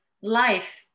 life